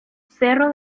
cerro